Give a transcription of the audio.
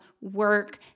work